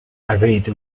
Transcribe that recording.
agreed